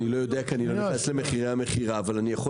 אני לא יודע כי אני לא נכנס למחירי המכירה אבל אני יכול